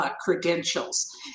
credentials